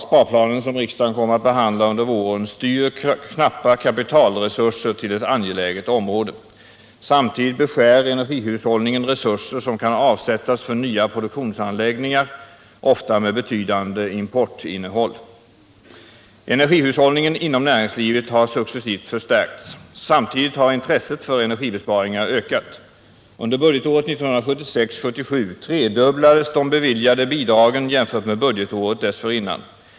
Sparplanen som riksdagen kommer att behandla under våren styr knappa kapitalresurser till ett angeläget område. Samtidigt beskär energihushållningen resurser som kan avsättas för nya produktionsanläggningar, ofta med betydande importinnehåll. Energihushållningen inom näringslivet har successivt förstärkts. Samtidigt har intresset för energibesparingar ökat. Under budgetåret 1976/77 tredubblades de beviljade bidragen jämfört med budgetåret dessförinnan.